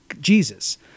Jesus